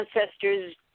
ancestors